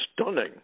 stunning